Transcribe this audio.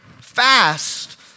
fast